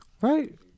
Right